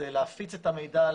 זה להפיץ את המידע,